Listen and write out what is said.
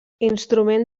instrument